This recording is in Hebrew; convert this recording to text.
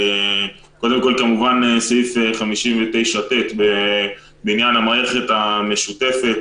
על סעיף 59ט בעניין המערכת המשותפת